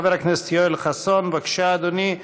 חבר הכנסת יואל חסון, בבקשה, אדוני.